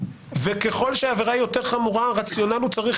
וככל שהעבירה היא יותר חמורה הרציונל צריך